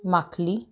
माखली